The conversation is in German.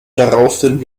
daraufhin